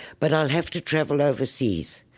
but i'll have to travel overseas.